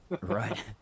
right